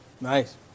nice